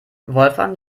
wolfgang